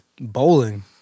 Bowling